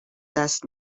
دست